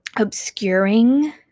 obscuring